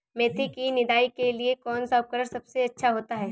मेथी की निदाई के लिए कौन सा उपकरण सबसे अच्छा होता है?